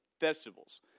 vegetables